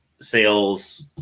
sales